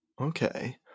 okay